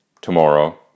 tomorrow